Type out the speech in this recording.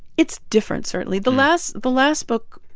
it's different certainly. the last the last book,